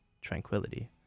tranquility